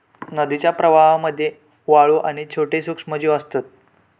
नदीच्या प्रवाहामध्ये वाळू आणि छोटे सूक्ष्मजीव असतत